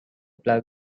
plug